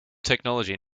technology